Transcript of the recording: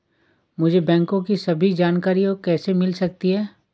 मुझे बैंकों की सभी जानकारियाँ कैसे मिल सकती हैं?